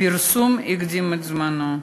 1 2. הפרסום הקדים את זמנו.